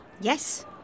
Yes